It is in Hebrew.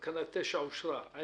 אין תקנה 9 לתקנות הטיס (רישיונות לעובדי טיס),